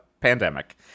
pandemic